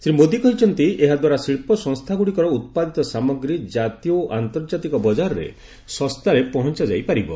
ଶ୍ରୀ ମୋଦୀ କହିଛନ୍ତି ଏହାଦ୍ୱାରା ଶିଳ୍ପ ସଂସ୍ଥାଗୁଡ଼ିକର ଉତ୍ପାଦିତ ସାମଗ୍ରୀ କ୍ଷାତୀୟ ଓ ଆନ୍ତର୍ଜାତିକ ବଜାରରେ ଶସ୍ତାରେ ପହଞ୍ଚାଯାଇ ପାରିବ